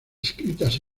escritas